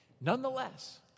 Nonetheless